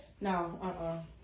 no